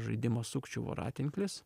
žaidimą sukčių voratinklis